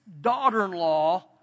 daughter-in-law